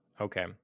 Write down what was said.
Okay